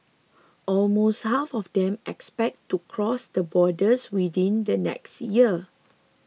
almost half of them expect to cross the borders within the next year